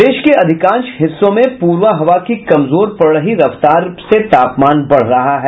प्रदेश के अधिकांश हिस्सों में पूर्वा हवा की कमजोर पड़ रही रफ्तार से तापमान बढ़ रहा है